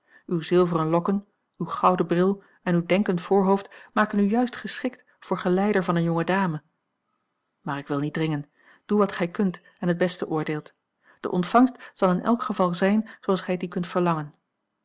uw zilveren lokken uw gouden bril en uw denkend voorhoofd maken u juist geschikt voor geleider van eene jonge dame maar ik wil niet dringen doe wat gij kunt en het beste oordeelt de ontvangst zal in elk geval zijn zooals gij die kunt verlangen